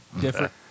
different